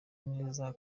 neza